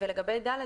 ולגבי תקנת משנה (ד),